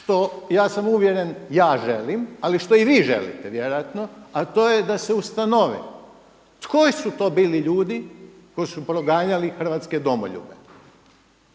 što ja sam uvjeren, ja želim, ali što i vi želite vjerojatno, a to je da se ustanovi koji su to bili ljudi koji su proganjali hrvatske domoljube.